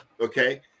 okay